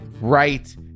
right